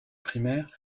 primaire